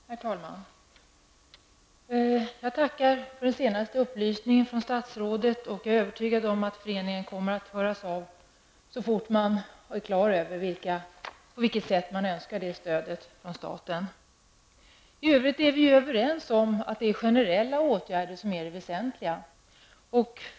Herr talman! Jag tackar för den senaste upplysningen från statsrådet. Jag är övertygad om att föreningen kommer att höras av så fort den är på det klara med vilket sätt man önskar detta stöd från staten. I övrigt är vi överens om att det är generella åtgärder som är väsentliga.